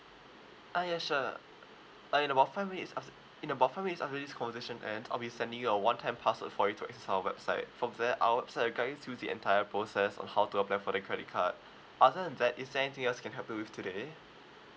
ah ya sure uh in about five minutes uh f~ in about five minutes after this conversion end I'll be sending you a one time password for you to access our website from there our website will guide you through the entire process on how to apply for the credit card other than that is there anything else I can help you with today